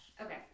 okay